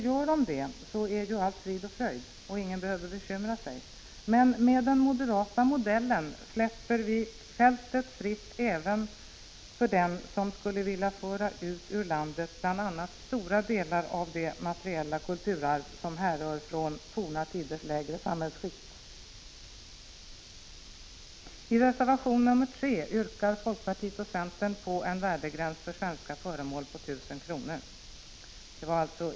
Gör de det är ju allt frid och fröjd, och ingen behöver bekymra sig. Men med den moderata modellen släpper vi fältet fritt även för den som skulle vilja föra ut ur landet bl.a. stora delar av det materiella kulturarv som härrör från forna tiders lägre samhällsskikt. I reservation 3 yrkar folkpartiet och centern på en värdegräns för svenska föremål på 1 000 kr.